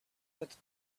that